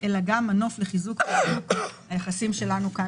אלא גם מנוף לחיזוק היחסים שלנו כאן,